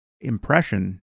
impression